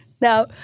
Now